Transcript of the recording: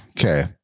Okay